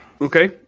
Okay